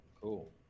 Cool